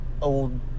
old